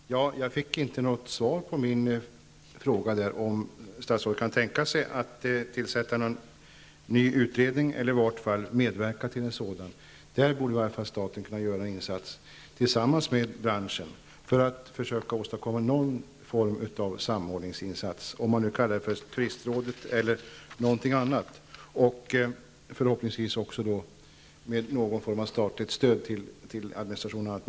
Fru talman! Jag fick inte något svar på min fråga om statsrådet kan tänka sig att tillsätta någon ny utredning eller i varje fall medverka till en sådan. I åtminstone detta sammanhang borde staten kunna göra en insats tillsammans med branschen för att försöka åstadkomma någon form av samordningsinsats, ett turistråd eller något annat, förhoppningsvis också med någon form av statligt stöd till administration och annat.